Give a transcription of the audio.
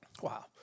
Wow